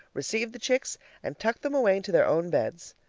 received the chicks and tucked them away into their own beds.